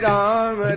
Ram